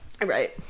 Right